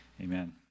Amen